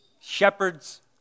Shepherds